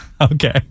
Okay